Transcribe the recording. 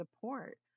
support